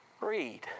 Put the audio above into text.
read